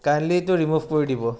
kindly এইটো remove কৰি দিব